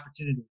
opportunity